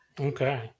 Okay